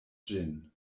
ĝin